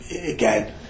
again